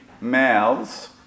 mouths